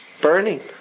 burning